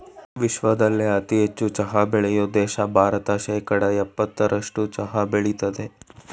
ವಿಶ್ವದಲ್ಲೇ ಅತಿ ಹೆಚ್ಚು ಚಹಾ ಬೆಳೆಯೋ ದೇಶ ಭಾರತ ಶೇಕಡಾ ಯಪ್ಪತ್ತರಸ್ಟು ಚಹಾ ಬೆಳಿತದೆ